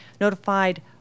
notified